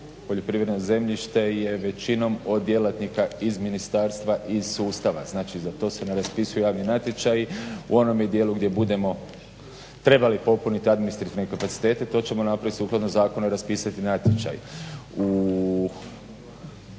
poljoprivredno zemljište je većinom od djelatnika iz Ministarstva i sustava znači za to se ne raspisuju javni natječaji. U onome dijelu gdje budemo trebali popuniti administrativne kapacitete to ćemo napraviti sukladno Zakonu i raspisati natječaj.